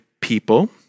people